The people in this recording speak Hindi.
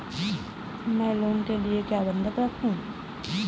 मैं लोन के लिए क्या बंधक रखूं?